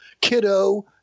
kiddo